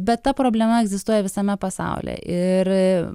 bet ta problema egzistuoja visame pasaulyje ir